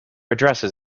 addresses